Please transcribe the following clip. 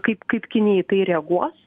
kaip kaip kinija į tai reaguos